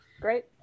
Great